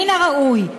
מן הראוי,